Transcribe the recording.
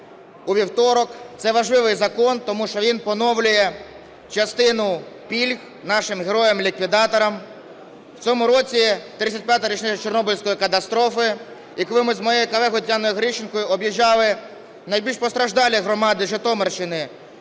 у вівторок. Це важливий закон, тому що він поновлює частину пільг нашим героям-ліквідаторам. В цьому році 35-а річниця Чорнобильської катастрофи. І коли ми з моєю колегою Тетяною Грищенко об'їжджали найбільш постраждалі громади Житомирщини